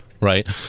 right